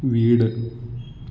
വീട്